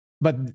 but-